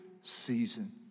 season